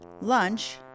Lunch